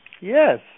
Yes